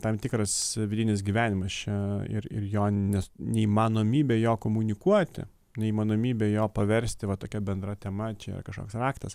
tam tikras vidinis gyvenimas čia ir ir jo ne neįmanomybė jo komunikuoti neįmanomybė jo paversti va tokia bendra tema čia yra kažkoks raktas